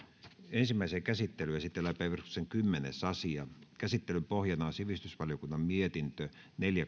ensimmäiseen käsittelyyn esitellään päiväjärjestyksen kymmenes asia käsittelyn pohjana on sivistysvaliokunnan mietintö neljä